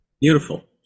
Beautiful